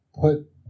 put